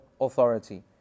authority